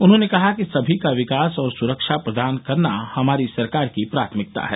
उन्होंने कहा कि सभी का विकास और सुरक्षा प्रदान करना हमारी सरकार की प्राथमिकता है